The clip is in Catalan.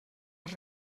als